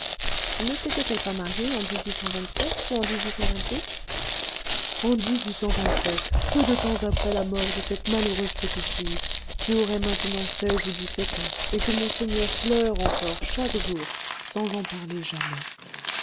ne s'était-elle pas mariée en ou en en peu de temps après la mort de cette malheureuse petite fille qui aurait maintenant seize ou dix-sept ans et que monseigneur pleure encore chaque jour sans en parler jamais